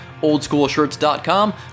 OldSchoolShirts.com